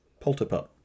Polterpup